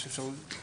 יש אפשרות?